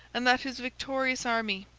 and that his victorious army,